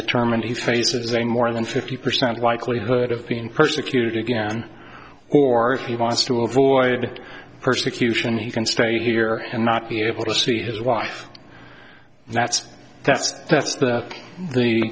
determined he faces a more than fifty percent likelihood of being persecuted again or if he wants to avoid persecution he can stay here and not be able to see his wife that's that